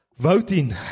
Voting